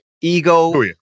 ego